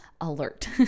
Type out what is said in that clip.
alert